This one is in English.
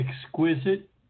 exquisite